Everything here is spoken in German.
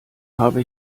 habe